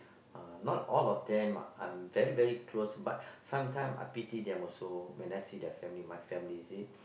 uh not all of them I'm very very close but sometime are pity them also when I see their family my family you see